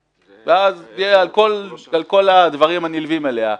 אז בואו נחיל אותה על כל הדברים הנלווים אליה.